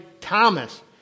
Thomas